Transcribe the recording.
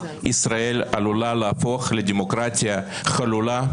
ישראל עלולה להפוך לדמוקרטיה חלולה,